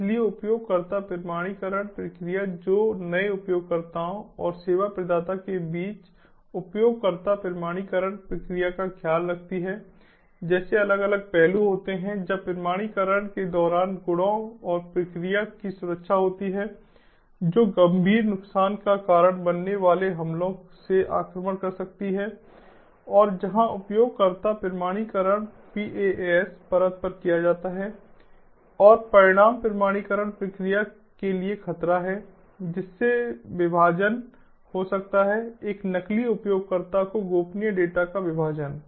इसलिए उपयोगकर्ता प्रमाणीकरण प्रक्रिया जो नए उपयोगकर्ताओं और सेवा प्रदाता के बीच उपयोगकर्ता प्रमाणीकरण प्रक्रिया का ख्याल रखती है जैसे अलग अलग पहलू होते हैं जब प्रमाणीकरण के दौरान गुणों और प्रक्रिया की सुरक्षा होती है जो गंभीर नुकसान का कारण बनने वाले हमलों से आक्रमण कर सकती है और जहाँ उपयोगकर्ता प्रमाणीकरण PaaS परत पर किया जाता है और परिणाम प्रमाणीकरण प्रक्रिया के लिए खतरा है जिससे विभाजन हो सकता है एक नकली उपयोगकर्ता को गोपनीय डेटा का विभाजन